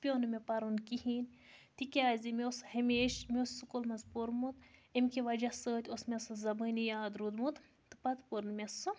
سُہ پیوٚو نہٕ مےٚ پَرُن کِہیٖنۍ تکیٛازِ مےٚ اوس ہمیشہِ مےٚ اوس سکوٗل منٛز پوٚرمُت امہِ کہِ وجہ سۭتۍ اوس مےٚ سُہ زَبٲنی یاد روٗدمُت تہٕ پَتہٕ پوٚر نہٕ مےٚ سُہ